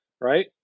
right